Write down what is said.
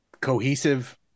cohesive